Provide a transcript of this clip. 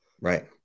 Right